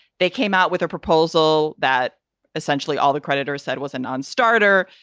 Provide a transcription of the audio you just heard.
they came out with a proposal that essentially all the creditors said was a non-starter.